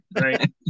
Right